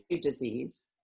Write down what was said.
disease